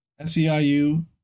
SEIU